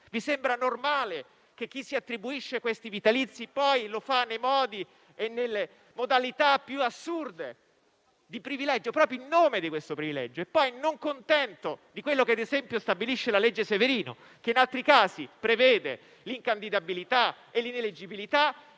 Vi sembra normale che chi si attribuisce questi vitalizi poi lo faccia con le modalità più assurde, proprio in nome di questo privilegio? E poi, non contento di quanto stabilisce la legge Severino, che in altri casi prevede l'incandidabilità e l'ineleggibilità,